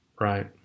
right